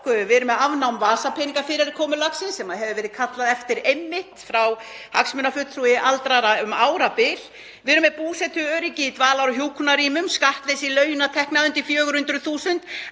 Við erum með afnám vasapeningafyrirkomulagsins sem hefur verið kallað eftir frá hagsmunafulltrúa aldraðra um árabil. Við erum með búsetuöryggi í dvalar- og hjúkrunarrýmum, skattleysi launatekna undir 400.000,